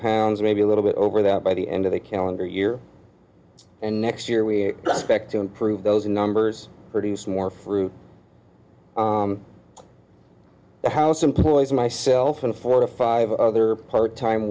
pounds maybe a little bit over there by the end of the calendar year and next year we expect to improve those numbers produce more fruit house employees myself and four or five other part time